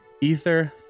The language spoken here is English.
Ether